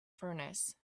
furnace